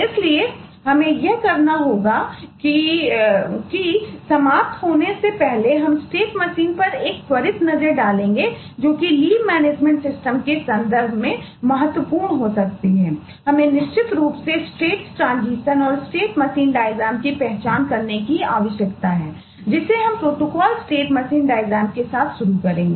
इसलिए हमें यह करना होगा कि समाप्त होने से पहले हम स्टेट मशीन के साथ शुरू करेंगे